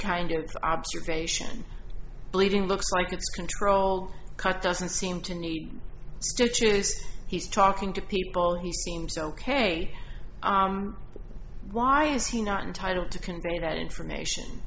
kind of observation bleeding looks like it's controlled cut doesn't seem to need stitches he's talking to people and he seems ok why is he not entitled to convey that information